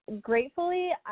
gratefully